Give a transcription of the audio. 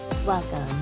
Welcome